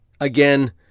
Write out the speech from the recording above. again